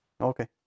okay